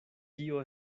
tio